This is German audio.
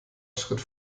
schritt